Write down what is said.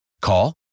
Call